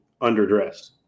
underdressed